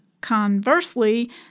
conversely